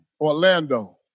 Orlando